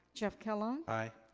jeff kellogg? aye.